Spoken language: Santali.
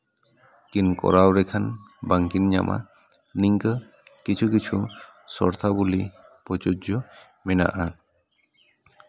ᱠᱤᱱ ᱠᱚᱨᱟᱣ ᱞᱮᱠᱷᱟᱱ ᱵᱟᱝᱠᱤᱱ ᱧᱟᱢᱟ ᱱᱤᱝᱠᱟᱹ ᱠᱤᱪᱷᱩ ᱠᱤᱪᱷᱩ ᱥᱚᱨᱛᱟᱵᱚᱞᱤ ᱯᱨᱳᱡᱳᱡᱡᱚ ᱢᱮᱱᱟᱜᱼᱟ